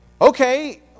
okay